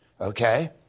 Okay